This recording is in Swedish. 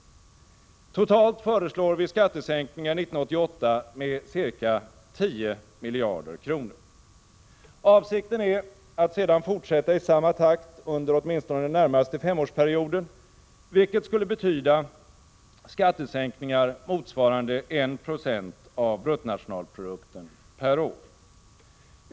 Totalt föreslår vi skattesänkningar 1988 med ca 10 miljarder kronor. Avsikten är att sedan fortsätta i samma takt under åtminstone den närmaste femårsperioden, vilket skulle betyda skattesänkningar motsvarande 1 96 av bruttonationalprodukten per år.